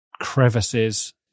crevices